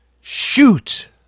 Shoot